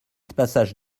passage